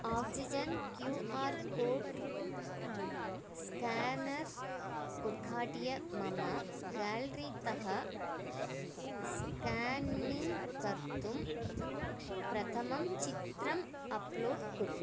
oxygen Q R code scanner उद्घाट्य मम ग्यालरीतः स्कान्निङ्ग् कर्तुं प्रथमं चित्रम् अप्लोड् कुरु